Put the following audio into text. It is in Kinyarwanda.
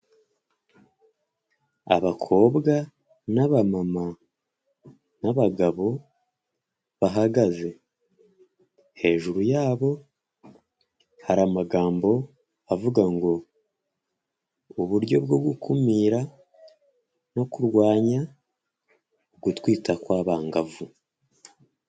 Abakobwa n'abamama n'abagabo bahagaze, hejuru yabo hari amagambo avuga ngo uburyo bwo gukumira no kurwanya gutwita kw'abangavu.